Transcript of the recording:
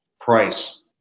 price